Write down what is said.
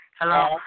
Hello